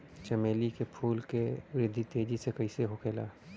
चमेली क फूल क वृद्धि तेजी से कईसे होखेला?